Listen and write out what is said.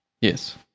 yes